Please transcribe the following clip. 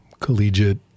collegiate